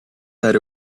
that